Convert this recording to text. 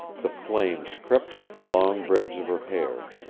the flames crept up the long braids of her hair,